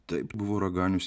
taip buvo raganius